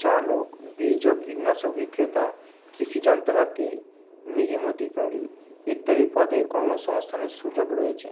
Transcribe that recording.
চালক বীজ ও কীটনাশক বিক্রেতা কৃষি যন্ত্রপাতি মেলি মোতিকারী ইত্যাদি পদে কর্মসংস্থানের সুযোগ রয়েছে